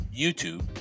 YouTube